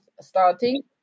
starting